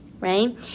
right